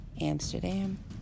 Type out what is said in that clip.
Amsterdam